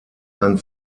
ein